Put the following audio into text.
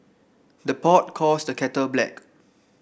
the pot calls the kettle black